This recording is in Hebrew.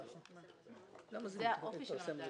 למה זה מתפרסם רטרואקטיבי?